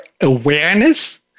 awareness